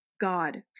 God